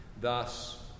Thus